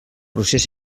procés